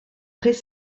très